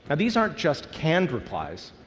and these aren't just canned replies.